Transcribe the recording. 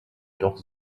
doch